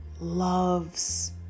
loves